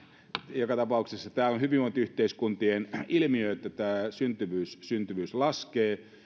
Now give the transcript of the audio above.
joka tapauksessa tämä on hyvinvointiyhteiskuntien ilmiö että syntyvyys syntyvyys laskee